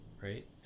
right